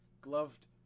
gloved